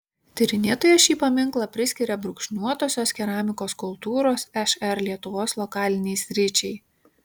tyrinėtoja šį paminklą priskiria brūkšniuotosios keramikos kultūros šr lietuvos lokalinei sričiai